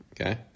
okay